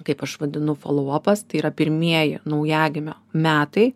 kaip aš vadinu folou apas tai yra pirmieji naujagimio metai